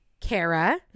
kara